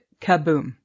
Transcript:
Kaboom